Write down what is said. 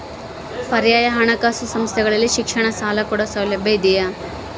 ಪರ್ಯಾಯ ಹಣಕಾಸು ಸಂಸ್ಥೆಗಳಲ್ಲಿ ಶಿಕ್ಷಣ ಸಾಲ ಕೊಡೋ ಸೌಲಭ್ಯ ಇದಿಯಾ?